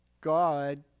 God